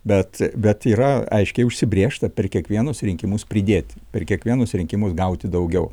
bet bet yra aiškiai užsibrėžta per kiekvienus rinkimus pridėti per kiekvienus rinkimus gauti daugiau